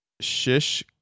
shish